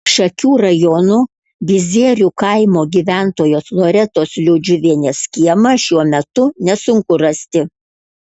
šakių rajono bizierių kaimo gyventojos loretos liudžiuvienės kiemą šiuo metu nesunku rasti